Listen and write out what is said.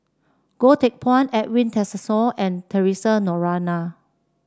Goh Teck Phuan Edwin Tessensohn and Theresa Noronha